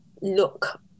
look